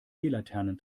laternen